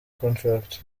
contract